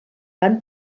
van